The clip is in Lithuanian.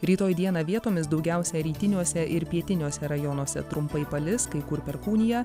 rytoj dieną vietomis daugiausia rytiniuose ir pietiniuose rajonuose trumpai palis kai kur perkūnija